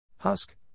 Husk